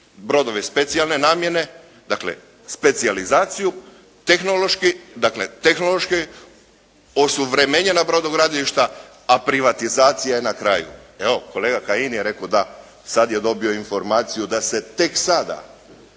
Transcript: brodove specijalne namjene. Dakle specijalizaciju, dakle tehnološki osuvremenjena brodogradilišta, a privatizacija je na kraju. Evo kolega Kajin je rekao da sada je dobio informaciju da se tek sada